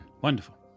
Wonderful